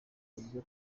y’uburyo